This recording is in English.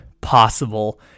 possible